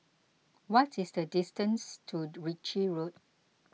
what is the distance to Ritchie Road